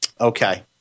Okay